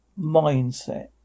mindset